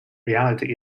reality